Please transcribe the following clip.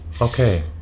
Okay